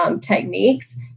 techniques